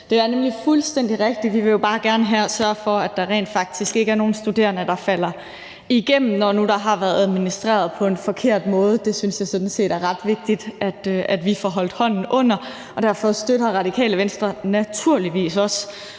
Det er nemlig fuldstændig rigtigt, for vi vil jo bare gerne her sørge for, at der rent faktisk ikke er nogen studerende, der falder igennem, når nu der har været administreret på en forkert måde. Det synes jeg sådan set er ret vigtigt vi får holdt hånden under, og derfor støtter Det Radikale Venstre naturligvis også